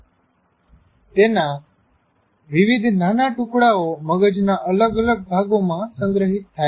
તેના વિવિધ નાના ટુકડાઓ મગજના અલગ અલગ ભાગોમાં સંગ્રહિત થાય છે